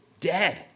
dead